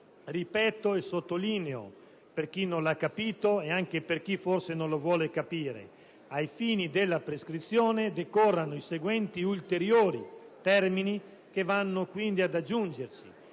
Ripeto e sottolineo, per chi non lo ha capito - e anche per chi, forse, non lo vuole capire - che ai fini della prescrizione decorrono i seguenti ulteriori termini, che vanno quindi ad aggiungersi: